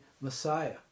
Messiah